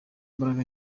imbaraga